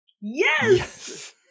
Yes